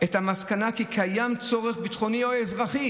את המסקנה כי קיים צורך ביטחוני או אזרחי"